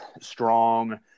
strong